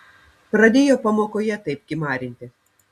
pradėjau pamokoje taip kimarinti